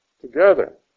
together